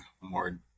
more